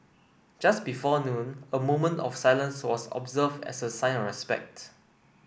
just before noon a moment of silence was observed as a sign of respect